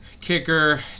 Kicker